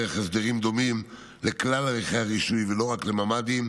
הסדרים דומים לכלל הליכי הרישוי ולא רק לממ"דים,